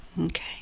Okay